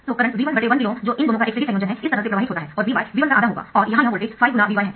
तो current V1 1KΩ जो इन दोनों का एक सीरीज संयोजन है इस तरह से प्रवाहित होता है और Vy V1 का आधा होगा और यहां यह वोल्टेज 5×Vy है